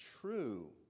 True